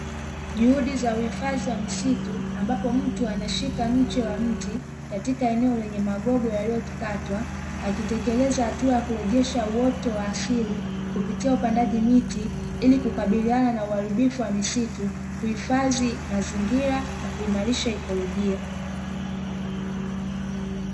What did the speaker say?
Juhudi za uhifadhi wa misitu ambapo mtu anashika mche wa mti katika eneo lenye magogo yaliyokatwa akitekeleza hatua ya kurejesha uoto wa asili, kupitia upandaji miti ili kukabiliana na uharibifu wa misitu, kuhifadhi mazingira na kuimarisha ikolojia.